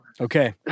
Okay